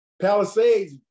Palisades